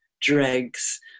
dregs